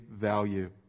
value